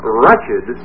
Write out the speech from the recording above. wretched